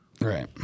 Right